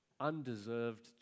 undeserved